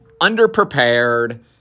underprepared